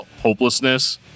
hopelessness